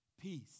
peace